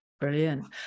Brilliant